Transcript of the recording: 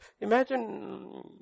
Imagine